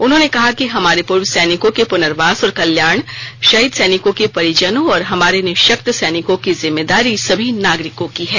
उन्होंने कहा कि हमारे पूर्व सैनिकों के पुनर्वास और कल्याण शहीद सैनिकों के परिजनों और हमारे निःशक्त सैनिकों की जिम्मेदारी सभी नागरिकों की है